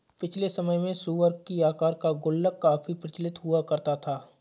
पिछले समय में सूअर की आकार का गुल्लक काफी प्रचलित हुआ करता था